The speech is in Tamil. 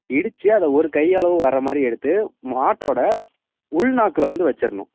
இடிச்சு அதை ஒரு கை அளவு வர்ற மாதிரி எடுத்து மாட்டோட உள் நாக்கில் வந்து வச்சிடணும்